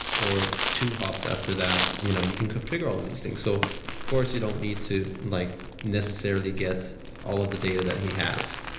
or two hops after that. you know you can configure all these things so of course, you don't need to like necessarily get all of the data that he has.